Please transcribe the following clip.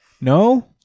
No